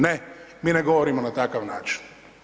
Ne, mi ne govorimo na takav način.